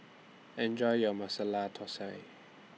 Enjoy your Masala Thosai